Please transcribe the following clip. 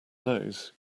nose